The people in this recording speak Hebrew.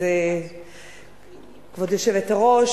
כבוד היושבת-ראש,